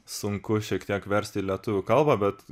sunku šiek tiek versti lietuvių kalbą bet